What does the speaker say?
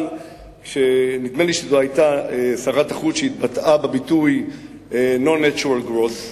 אבל נדמה לי שזאת היתה שרת החוץ שהתבטאה בביטוי no natural growth.